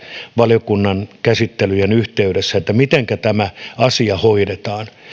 valiokunnan käsittelyjen yhteydessä että mitenkä tämä asia hoidetaan